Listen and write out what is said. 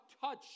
touch